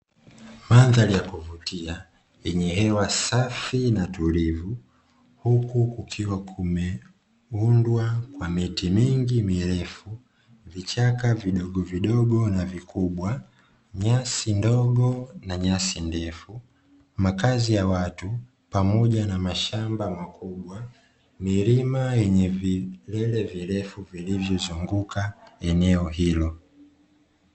Mandhari ya kuvutia yenye hewa safi na tulivu, huku kukiwa kumeundwa na miti mingi mirefu vichaka vidogo vidogo na vikubwa nyasi ndogo na nyasi ndefu makazi ya watu pamoja na mashamba mlima yenye vilengele virefu vilivyozunguka eneo hilo.